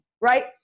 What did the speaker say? right